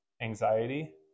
anxiety